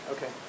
Okay